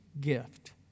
gift